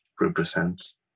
represents